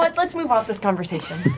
but let's move off this conversation.